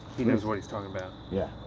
he knows what he's talking about. yeah